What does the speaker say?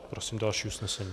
Prosím o další usnesení.